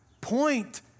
point